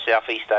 Southeast